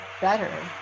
better